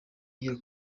iya